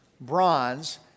bronze